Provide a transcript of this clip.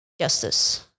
justice